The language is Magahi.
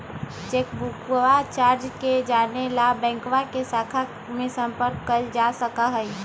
चेकबुकवा चार्ज के जाने ला बैंकवा के शाखा में संपर्क कइल जा सका हई